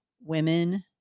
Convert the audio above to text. women